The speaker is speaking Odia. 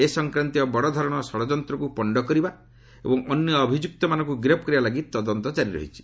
ଏ ସଂକ୍ରାନ୍ତୀୟ ବଡଧରଣର ଷଢ଼ଯନ୍ତ୍ରକୁ ପଣ୍ଡ କରିବା ଏବଂ ଅନ୍ୟ ଅଭିଯୁକ୍ତମାନଙ୍କୁ ଗିରଫ କରିବା ଲାଗି ତଦନ୍ତ ଜାରି ରହିଛି